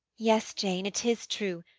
yes, jane, it is true.